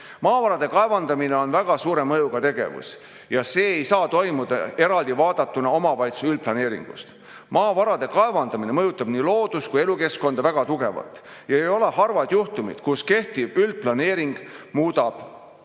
kaevandamine on väga suure mõjuga tegevus ja see ei saa toimuda eraldi omavalitsuste üldplaneeringust. Maavarade kaevandamine mõjutab nii loodus‑ kui ka elukeskkonda väga tugevalt. Ei ole harvad juhtumid, kus kehtiv üldplaneering muudab